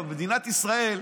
אבל במדינת ישראל,